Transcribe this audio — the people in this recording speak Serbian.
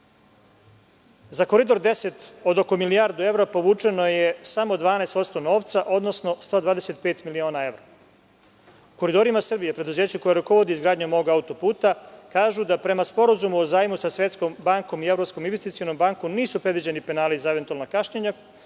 Za „Koridor 10“ od oko milijardu evra, povučeno je samo 12% novca, odnosno 125 miliona evra. „Koridorima Srbije“, preduzeću koje rukovodi izgradnjom ovog auto-puta kažu da prema sporazumu o zajmu sa Svetskom bankom i Evropskom investicionom bankom nisu predviđeni penali za eventualna kašnjenja